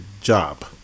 job